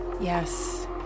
Yes